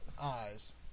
eyes